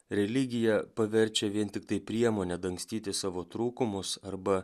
religiją paverčia vien tiktai priemone dangstyti savo trūkumus arba